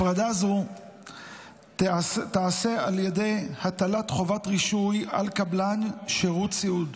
הפרדה זו תיעשה בהטלת חובת רישוי על קבלן שירות סיעוד.